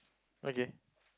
okay